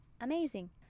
amazing